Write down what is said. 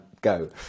go